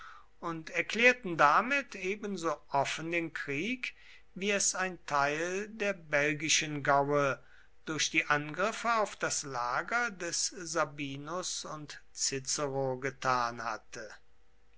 und erklärten damit ebenso offen den krieg wie es ein teil der belgischen gaue durch die angriffe auf das lager des sabinus und cicero getan hatte